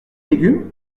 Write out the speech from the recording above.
légumes